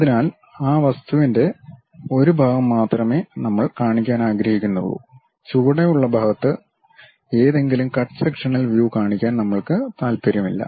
അതിനാൽ ആ വസ്തുവിന്റെ ഒരു ഭാഗം മാത്രമേ നമ്മൾ കാണിക്കാൻ ആഗ്രഹിക്കുന്നുള്ളൂ ചുവടെയുള്ള ഭാഗത്ത് ഏതെങ്കിലും കട്ട് സെക്ഷനൽ വ്യൂ കാണിക്കാൻ നമ്മൾക്ക് താൽപ്പര്യമില്ല